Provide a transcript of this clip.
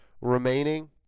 remaining